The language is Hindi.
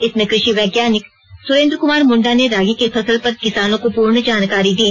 इसमें कृषि वैज्ञानिक सुरेंद्र कुमार मुंडा ने रागी के फसल पर किसानों को पूर्ण जानकारी दी